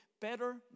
Better